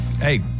Hey